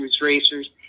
racers